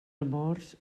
amors